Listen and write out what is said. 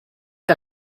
que